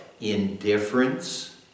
indifference